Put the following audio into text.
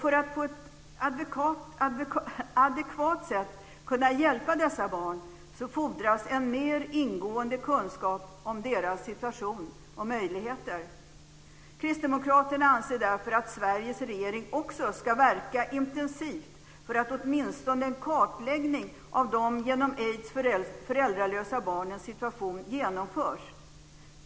För att på ett adekvat sätt kunna hjälpa dessa barn fordras det en mer ingående kunskap om deras situation och möjligheter. Kristdemokraterna anser därför att Sveriges regering också ska verka intensivt för att det åtminstone görs en kartläggning av situationen för de genom aids föräldralösa barnen.